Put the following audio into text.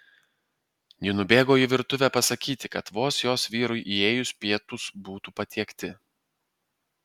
ji nubėgo į virtuvę pasakyti kad vos jos vyrui įėjus pietūs būtų patiekti